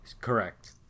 Correct